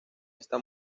esta